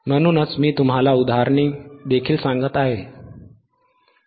म्हणूनच मी तुम्हाला उदाहरणे देखील सांगत आहे